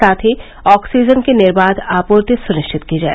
साथ ही ऑक्सीजन की निर्वाघ आपूर्ति सुनिश्चित की जाए